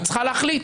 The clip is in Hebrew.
היא צריכה להחליט.